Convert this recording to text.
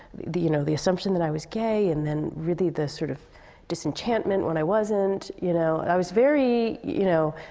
you know, the assumption that i was gay. and then really, the sort of disenchantment when i wasn't. you know. i was very you know.